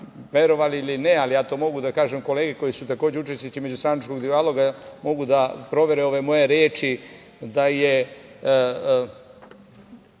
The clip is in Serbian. verovali ili ne, ali ja to mogu da kažem, kolege koje su takođe učesnici međustranačkog dijaloga mogu da provere ove moje reči da je